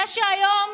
זה שהיום,